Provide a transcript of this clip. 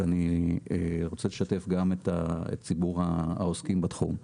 ואני רוצה לשתף גם את ציבור העוסקים בתחום,